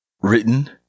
written